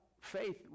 faith